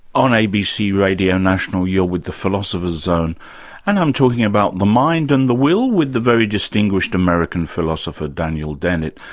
on abc radio national you're with the philosopher's zone, and i'm talking about the mind and the will with the very distinguished american philosopher daniel dennett.